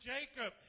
Jacob